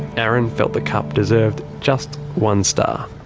aaron felt the cup deserved just one star.